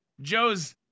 Joe's